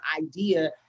idea